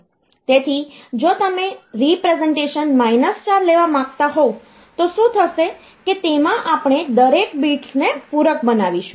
તેથી જો તમે રીપ્રેસનટેશન માઈનસ 4 લેવા માંગતા હોવ તો શું થશે કે તેમાં આપણે દરેક બિટ્સને પૂરક બનાવીશું